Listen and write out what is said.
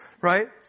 right